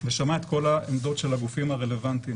ושמע את כל העמדות של הגופים הרלוונטיים.